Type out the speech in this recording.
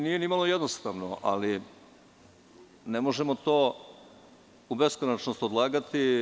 Nije ni malo jednostavno, ali ne možemo to u beskonačnost odlagati.